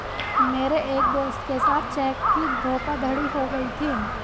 मेरे एक दोस्त के साथ चेक की धोखाधड़ी हो गयी थी